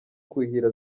kuhira